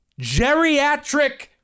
geriatric